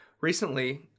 recently